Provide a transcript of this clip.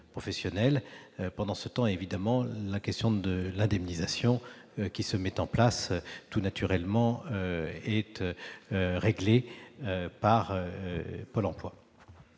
Pendant cette période, la question de l'indemnisation qui se met en place est tout naturellement réglée par Pôle emploi.